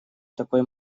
такой